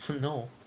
no